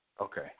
Okay